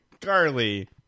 Carly